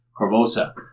Corvosa